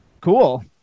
Cool